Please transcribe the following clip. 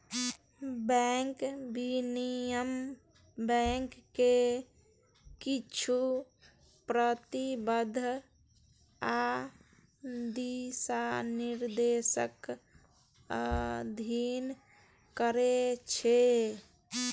bank विनियमन bank कें किछु प्रतिबंध आ दिशानिर्देशक अधीन करै छै